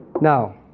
Now